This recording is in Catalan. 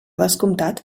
descomptat